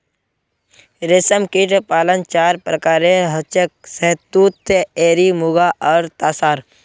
रेशमकीट पालन चार प्रकारेर हछेक शहतूत एरी मुगा आर तासार